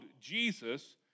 Jesus